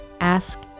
ask